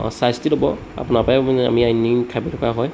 অঁ চাই চিতি দিব আপোনাৰ পৰাই আমি আমি আনি খাই বৈ থকা হয়